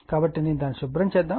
కాబట్టి నేను దానిని శుభ్రం చేద్దాం